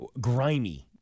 grimy